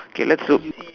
okay let's look